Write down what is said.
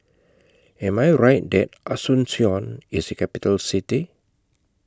Am I Right that Asuncion IS A Capital City